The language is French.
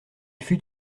fut